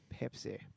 Pepsi